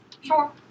Sure